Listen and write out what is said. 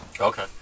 Okay